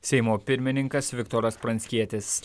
seimo pirmininkas viktoras pranckietis